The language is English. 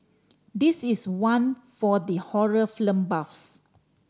this is one for the horror film buffs